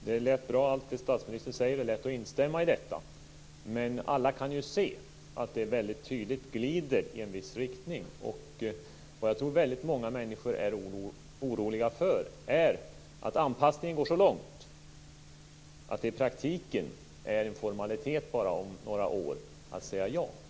Herr talman! Allt det som statsministern sade lät bra, och det är lätt att instämma i det, men alla kan se att det väldigt tydligt glider i en viss riktning. Jag tror att väldigt många människor är oroliga för att anpassningen går så långt att det i praktiken om några år bara är en formalitet för oss att säga ja.